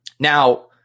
Now